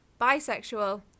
bisexual